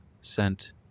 sent